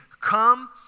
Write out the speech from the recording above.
come